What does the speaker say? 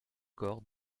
corps